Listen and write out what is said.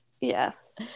Yes